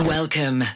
Welcome